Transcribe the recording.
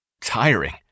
tiring